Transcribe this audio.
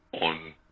on